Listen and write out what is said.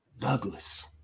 Douglas